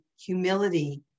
humility